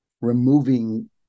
removing